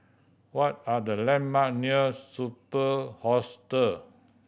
what are the landmark near Superb Hostel